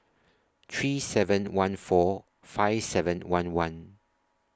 three seven one four five seven one one